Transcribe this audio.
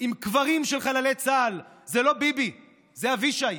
עם קברים של חללי צה"ל זה לא ביבי, זה אבישי,